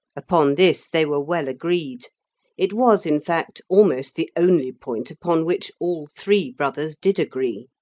upon this they were well agreed it was, in fact, almost the only point upon which all three brothers did agree.